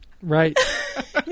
Right